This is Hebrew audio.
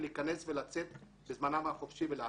להיכנס וצאת בזמנן החופשי ולהטיל.